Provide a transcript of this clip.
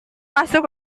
masuk